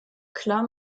klar